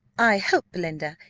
i hope, belinda,